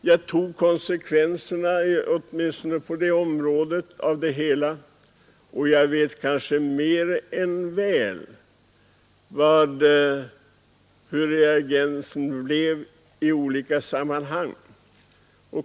Jag drog konsekvenserna åtminstone på det området, och jag vet mer än väl hur reaktionen blev på olika håll.